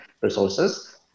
resources